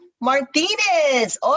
Martinez